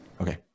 Okay